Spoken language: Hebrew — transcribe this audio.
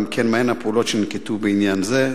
2. אם כן, מה הן הפעולות שננקטו בעניין זה?